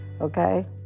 Okay